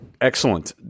Excellent